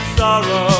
sorrow